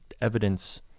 evidence